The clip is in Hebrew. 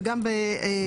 בכל מקום,